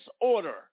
order